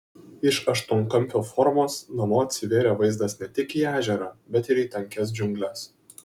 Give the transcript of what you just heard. iš aštuonkampio formos namo atsivėrė vaizdas ne tik į ežerą bet ir į tankias džiungles